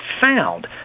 found